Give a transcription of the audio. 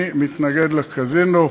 אני מתנגד לקזינו.